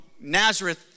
Nazareth